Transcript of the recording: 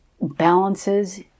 balances